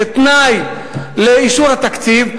כתנאי לאישור התקציב,